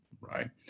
right